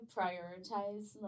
prioritize